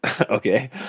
okay